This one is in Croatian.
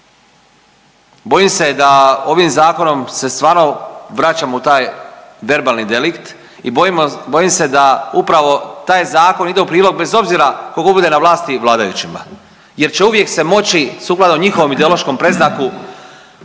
Bojim se da ovim Zakonom se stvarno vraćamo u taj verbalni delikt i bojim se da upravo taj Zakon ide u prilog, bez obzira tko bude na vlasti, vladajućima jer će uvijek se moći sukladno njihovom ideološkom predznaku